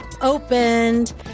opened